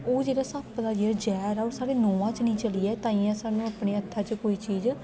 ओह जेहड़ा सप्प दा जेहड़ा जहर ऐ ओह साढ़े नांउ च नेईं चली जाए तांहिये सानू अपने हत्थे च कोई चीज